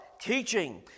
teaching